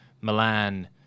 Milan